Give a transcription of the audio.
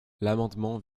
l’amendement